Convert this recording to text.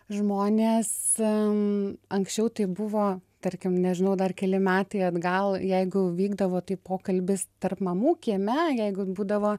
žmonės anksčiau tai buvo tarkim nežinau dar keli metai atgal jeigu vykdavo tai pokalbis tarp mamų kieme jeigu būdavo